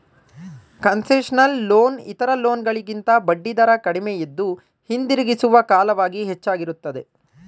concessional loan ಇತರ loan ಗಳಿಗಿಂತ ಬಡ್ಡಿದರ ಕಡಿಮೆಯಿದ್ದು, ಹಿಂದಿರುಗಿಸುವ ಕಾಲವಾಗಿ ಹೆಚ್ಚಾಗಿರುತ್ತದೆ